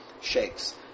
shakes